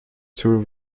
toured